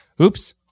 oops